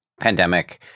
pandemic